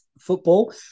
football